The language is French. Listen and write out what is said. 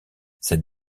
cette